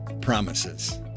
promises